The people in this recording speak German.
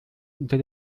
unter